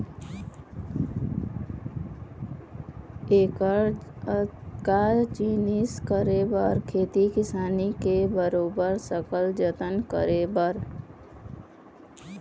ऐकर अतका जिनिस करे बर खेती किसानी के बरोबर सकल जतन करे बर